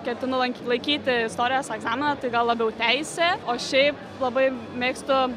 ketinu lan laikyti istorijos egzaminą tai gal labiau teisė o šiaip labai mėgstu